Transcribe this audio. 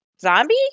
zombie